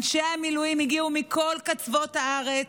אנשי המילואים הגיעו מכל קצוות הארץ,